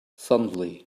suddenly